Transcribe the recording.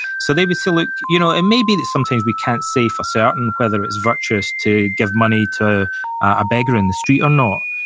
so maybe so like you know and maybe sometimes we can't say for certain whether it's virtuous to give money to a beggar in the street or not,